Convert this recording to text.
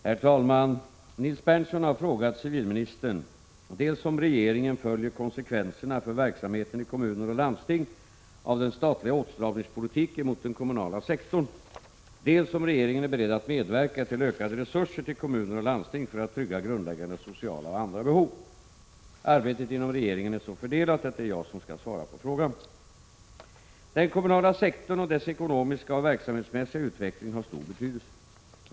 Herr talman! Nils Berndtson har frågat civilministern dels om regeringen följer konsekvenserna för verksamheten i kommuner och landsting av den statliga åtstramningspolitiken mot den kommunala sektorn, dels om regeringen är beredd att medverka till ökade resurser till kommuner och landsting för att trygga grundläggande sociala och andra behov. Arbetet inom regeringen är så fördelat att det är jag som skall svara på frågan. Den kommunala sektorn och dess ekonomiska och verksamhetsmässiga utveckling har stor betydelse.